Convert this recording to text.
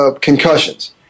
concussions